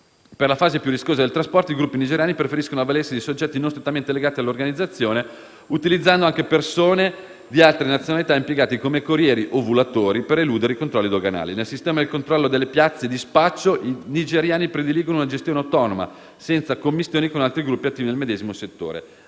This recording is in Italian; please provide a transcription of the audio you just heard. Per la fase più rischiosa del trasporto, i gruppi nigeriani preferiscono avvalersi di soggetti non strettamente legati all'organizzazione, utilizzando anche persone di altre nazionalità, impiegati come corrieri "ovulatori" per eludere i controlli doganali. Nel sistema del controllo delle piazze di spaccio, i nigeriani prediligono una gestione autonoma senza commistioni con altri gruppi attivi nel medesimo settore.